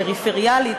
פריפריאלית,